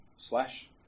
slash